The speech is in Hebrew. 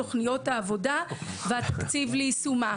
תוכניות העבודה והתקציב ליישומה".